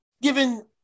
given